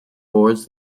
boards